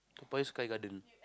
toa-payoh Sky-Garden